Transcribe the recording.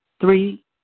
three